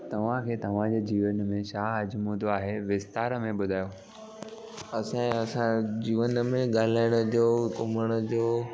तव्हांखे तव्हांजे जीवन में छा आजमुद्दो आहे विस्तार में ॿुधायो असांजे असां जीवन में ॻाल्हाइण जो घुमण जो